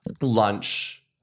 lunch